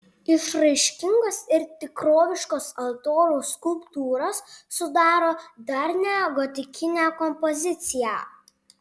išraiškingos ir tikroviškos altoriaus skulptūros sudaro darnią gotikinę kompoziciją